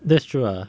that's true ah